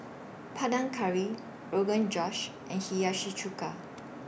Panang Curry Rogan Josh and Hiyashi Chuka